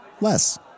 Less